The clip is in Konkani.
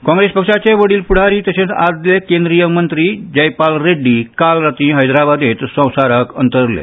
काँग्रेस पक्षाचे वडील फुडारी तशेंच आदले केंद्रीय मंत्री जयपाल रेड्डी काल रातीं हैदराबादेंत संवसारांत अंतरले